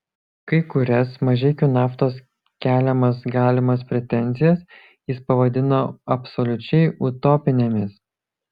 kai kurias mažeikių naftos keliamas galimas pretenzijas jis pavadino absoliučiai utopinėmis